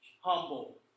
humble